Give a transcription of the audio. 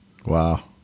wow